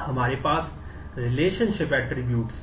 हमारे पास relationship attributes